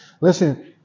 Listen